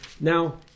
Now